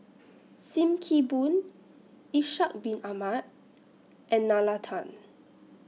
SIM Kee Boon Ishak Bin Ahmad and Nalla Tan